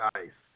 Nice